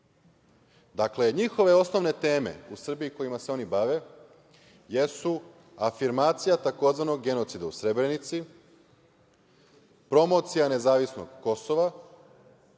naciji. Dakle, njihove osnovne teme u Srbiji kojima se oni bave jesu afirmacija tzv. genocida u Srebrenici, promocija nezavisnog Kosova,